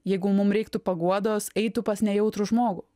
jeigu mum reiktų paguodos eitų pas nejautrų žmogų